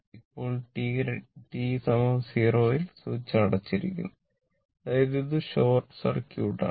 ഇപ്പോൾ t 0 ൽ switch അടച്ചിരിക്കുന്നു അതായത് ഇത് ഷോർട്ട് സർക്യൂട്ട് ആണ്